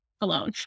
alone